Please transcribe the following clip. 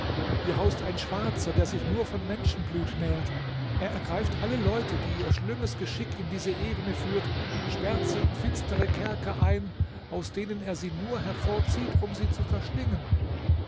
her haust ein schwarzer der sich nur von menschenblut nährt er ergreift alle leute die ihr schlimmes geschick in diese ebene führt sperrt sie in finstere kerker ein aus denen er sie nur hervorzieht um sie zu verschlingen